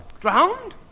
drowned